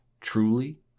truly